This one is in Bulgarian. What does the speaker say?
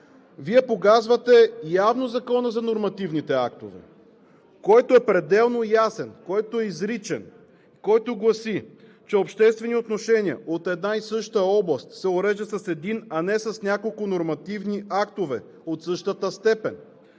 Вие погазвате явно Закона за нормативните актове, който е пределно ясен, който е изричен, който гласи, че обществени отношения от една и съща област се уреждат с един, а не с няколко нормативни актове от същата степен.